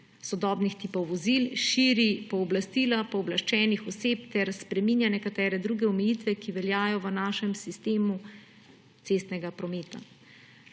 sodobnih tipov vozil, širi pooblastila, pooblaščenih oseb ter spreminja nekatere druge omejitve, ki veljajo v našem sistemu cestnega prometa.